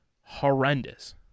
horrendous